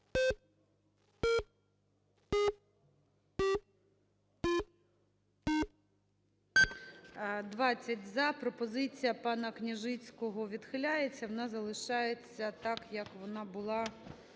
За-20 Пропозиція пана Княжицького відхиляється, вона залишається так, як вона була